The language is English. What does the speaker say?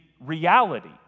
reality